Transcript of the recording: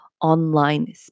online